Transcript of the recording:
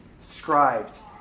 scribes